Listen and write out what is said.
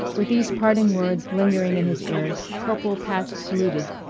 with these parting words lingering in his ears, corporal patch saluted,